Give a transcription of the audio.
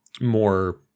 more